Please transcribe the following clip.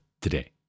today